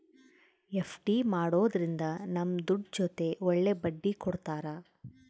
FD ಮಾಡೋದ್ರಿಂದ ನಮ್ ದುಡ್ಡು ಜೊತೆ ಒಳ್ಳೆ ಬಡ್ಡಿ ಕೊಡ್ತಾರ